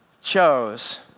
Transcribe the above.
chose